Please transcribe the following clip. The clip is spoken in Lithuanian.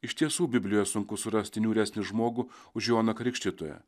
iš tiesų biblijoje sunku surasti niūresnį žmogų už joną krikštytoją